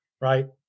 right